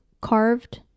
carved